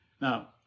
Now